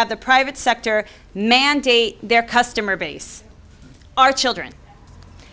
have the private sector mandate their customer base our children